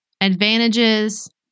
advantages